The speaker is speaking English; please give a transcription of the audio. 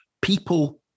people